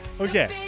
Okay